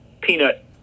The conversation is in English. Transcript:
peanut